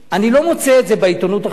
אני לא מוצא את זה בעיתונות החילונית.